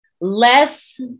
less